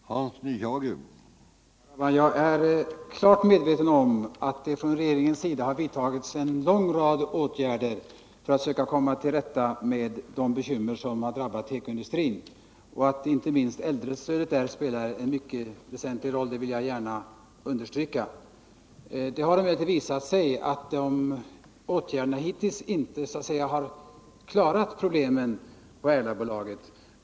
Herr talman! Jag är klart medveten om att det från regeringens sida har vidtagits en lång rad åtgärder för att man skall komma till rätta med de bekymmer som har drabbat tekoindustrin. Jag vill gärna understryka att inte minst äldrestödet spelar en mycket väsentlig roll. Det har emellertid visat sig att de åtgärderna inte har varit tillräckliga för att lösa problemen på Erlabolaget.